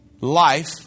life